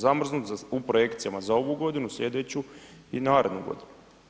Zamrznuti za, u projekcijama za ovu godinu, slijedeću u i narednu godinu.